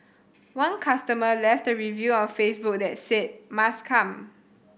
one customer left a review on Facebook that said 'must come'